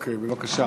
בבקשה.